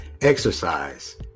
exercise